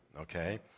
okay